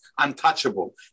untouchable